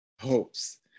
Hopes